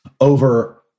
over